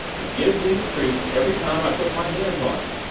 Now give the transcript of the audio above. it gives me the creeps every time i put my hands on it!